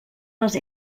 les